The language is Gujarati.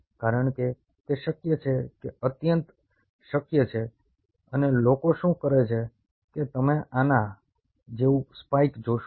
કારણ કે તે શક્ય છે કે અત્યંત શક્ય છે અને લોકો શું કરે છે કે તમે આના જેવું સ્પાઇક જોશો